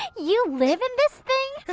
and you live in this thing!